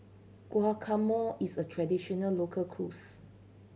guacamole is a traditional local cuisine